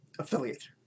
Affiliate